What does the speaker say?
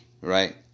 right